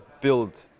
build